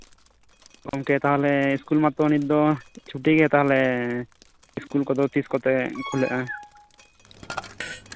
ᱜᱚᱝᱠᱮ ᱛᱟᱦᱚᱞᱮ ᱥᱠᱩᱞ ᱢᱟᱛᱚ ᱱᱤᱛ ᱫᱚ ᱪᱷᱩᱴᱤ ᱜᱮ ᱛᱟᱦᱚᱞᱮ ᱥᱠᱩᱞ ᱠᱚᱫᱚ ᱛᱤᱥ ᱠᱚᱛᱮ ᱠᱷᱩᱞᱟᱹᱜᱼᱟ